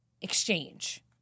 exchange